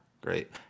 great